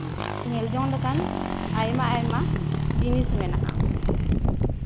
ᱧᱮᱞ ᱡᱚᱝ ᱞᱮᱠᱟᱱ ᱟᱭᱢᱟ ᱟᱭᱢᱟ ᱞᱮᱠᱟᱱ ᱡᱤᱱᱤᱥ ᱢᱮᱱᱟᱜᱼᱟ